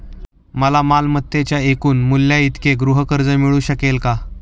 मला मालमत्तेच्या एकूण मूल्याइतके गृहकर्ज मिळू शकेल का?